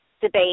debate